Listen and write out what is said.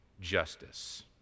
justice